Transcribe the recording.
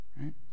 right